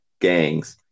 gangs